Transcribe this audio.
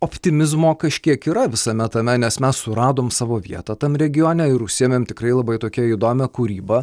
optimizmo kažkiek yra visame tame nes mes suradom savo vietą tam regione ir užsiėmėm tikrai labai tokia įdomia kūryba